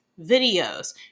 videos